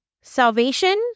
salvation